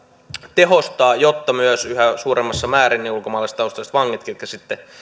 tehostaa jotta myös yhä suuremmassa määrin ulkomaalaistaustaiset vangit ketkä